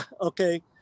okay